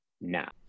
now